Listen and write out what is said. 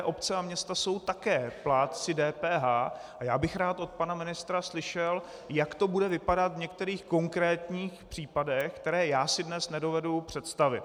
Obce a města jsou také plátci DPH a já bych rád od pana ministra slyšel, jak to bude vypadat v některých konkrétních případech, které já si dnes nedovedu představit.